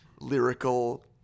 lyrical